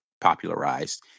popularized